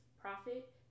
profit